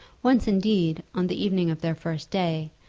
once indeed, on the evening of their first day,